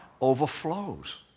overflows